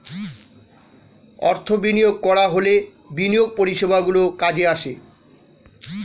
অর্থ বিনিয়োগ করা হলে বিনিয়োগ পরিষেবাগুলি কাজে আসে